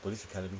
police academy